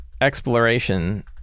exploration